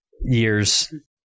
years